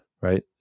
right